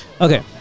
Okay